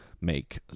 make